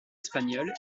espagnoles